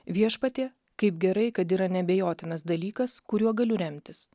viešpatie kaip gerai kad yra neabejotinas dalykas kuriuo galiu remtis